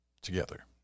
together